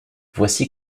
voici